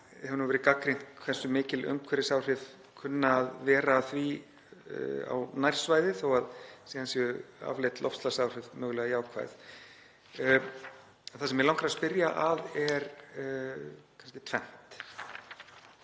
og hefur nú verið gagnrýnt hversu mikil umhverfisáhrif kunna að vera af því á nærsvæðið þó að síðan séu afleidd loftslagsáhrif mögulega jákvæð. Það sem mig langar að spyrja að er kannski tvennt.